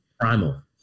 Primal